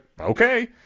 okay